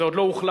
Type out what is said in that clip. עוד לא הוחלף,